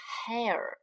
hair，